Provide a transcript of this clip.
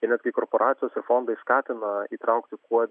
ir net kai korporacijos ir fondai skatino įtraukti kuo